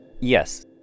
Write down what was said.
Yes